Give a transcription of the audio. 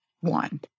one